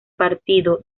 partido